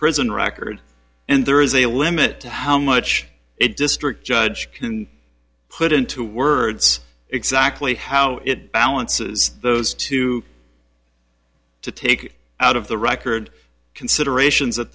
prison record and there is a limit to how much a district judge can put into words exactly how it balances those two to take out of the record considerations at